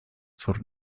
sur